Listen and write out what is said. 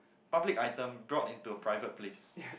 public item brought into a private place